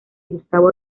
gustavo